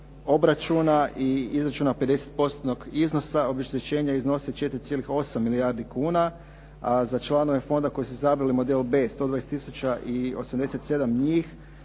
obračuna i izračuna 50%-tnog iznosa obeštećenja iznosi 4,8 milijardi kuna a za članove fonda koji su izabrali model B 120